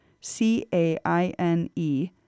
c-a-i-n-e